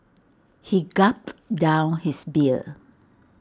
he gulped down his beer